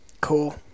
Cool